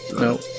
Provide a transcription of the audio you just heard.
No